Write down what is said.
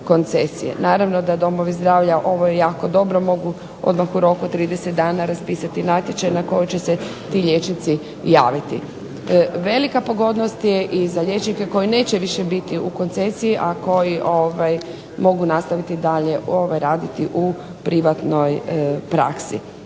Naravno da domovi zdravlja ovo je jako dobro, odmah u roku od 30 dana raspisati natječaj na koji će se ti liječnici javiti. Velika pogodnost je za liječnike koji neće više biti u koncesiji, a koji mogu nastaviti dalje raditi u privatnoj praksi.